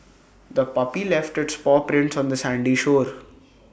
the puppy left its paw prints on the sandy shore